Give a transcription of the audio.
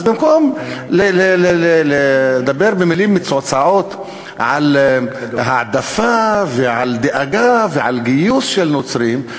אז במקום לדבר במילים מצועצעות על העדפה ועל דאגה ועל גיוס של נוצרים,